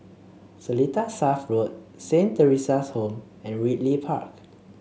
Seletar South Road Saint Theresa's Home and Ridley Park